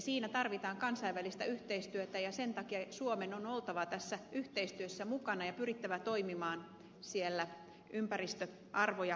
siinä tarvitaan kansainvälistä yhteistyötä ja sen takia suomen on oltava tässä yhteistyössä mukana ja pyrittävä toimimaan siellä ympäristöarvoja noudattaen